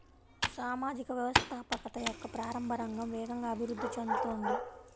సామాజిక వ్యవస్థాపకత యొక్క ప్రారంభ రంగం వేగంగా అభివృద్ధి చెందుతోంది